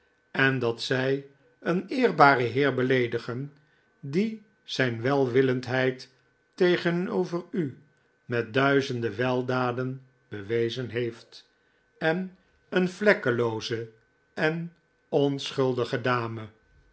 en dat zij een eerbaren heer beleedigen die zijn welwillendheid tegenover u met duizenden weldaden bewezen heeft en een vlekkelooze en onschuldige dame